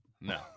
No